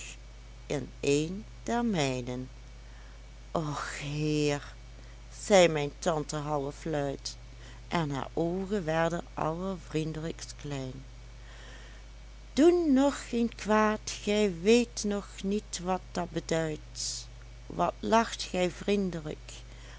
in een der mijnen och heer zei mijn tante halfluid en haar oogen werden allervriendelijkst klein doen nog geen kwaad gij weet nog niet wat dat beduidt wat lacht gij vriendlijk